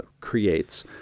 creates